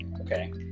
okay